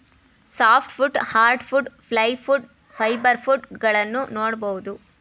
soft wood, hardwood, plywood, fibre wood ಗಳನ್ನೂ ನೋಡ್ಬೋದು